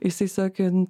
jisai sakė